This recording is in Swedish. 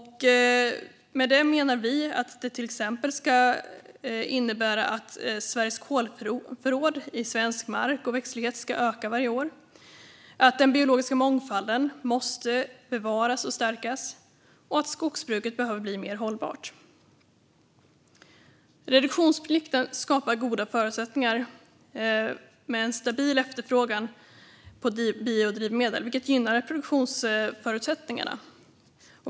Vi menar att det till exempel ska innebära att Sveriges kolförråd i mark och växtlighet ska öka varje år, att den biologiska mångfalden måste bevaras och stärkas och att skogsbruket behöver bli mer hållbart. Reduktionsplikten skapar goda förutsättningar med en stabil efterfrågan på biodrivmedel, vilket gynnar produktionsförutsättningarna.